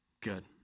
Good